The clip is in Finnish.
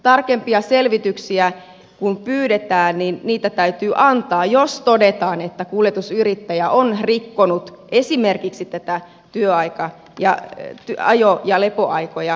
tarkempia selvityksiä kun pyydetään niin niitä täytyy antaa jos todetaan että kuljetusyrittäjä on rikkonut esimerkiksi ajo ja lepoaikoja